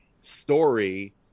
story